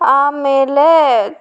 ಆಮೇಲೆ